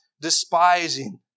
despising